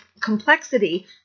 complexity